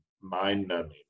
mind-numbing